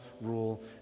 rule